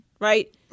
right